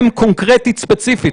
הם קונקרטית וספציפית,